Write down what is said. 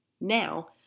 Now